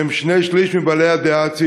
שהם שני-שלישים מבעלי הדעה,